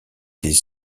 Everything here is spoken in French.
des